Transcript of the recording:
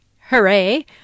hooray